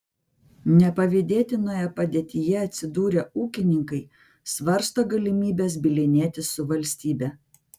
nepavydėtinoje padėtyje atsidūrę ūkininkai svarsto galimybes bylinėtis su valstybe